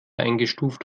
eingestuft